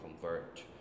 convert